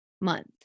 month